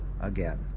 again